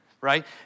right